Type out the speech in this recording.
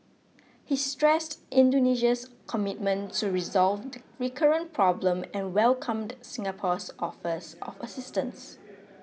he stressed Indonesia's commitment to resolve the recurrent problem and welcomed Singapore's offers of assistance